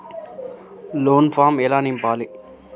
Loan form ఎలా నింపాలి?